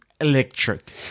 electric